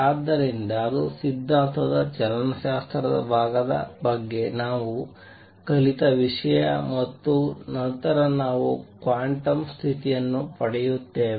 ಆದ್ದರಿಂದ ಅದು ಸಿದ್ಧಾಂತದ ಚಲನಶಾಸ್ತ್ರದ ಭಾಗದ ಬಗ್ಗೆ ನಾವು ಕಲಿತ ವಿಷಯ ಮತ್ತು ನಂತರ ನಾವು ಕ್ವಾಂಟಮ್ ಸ್ಥಿತಿಯನ್ನು ಪಡೆಯುತ್ತೇವೆ